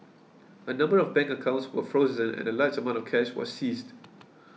a number of bank accounts were frozen and a large amount of cash was seized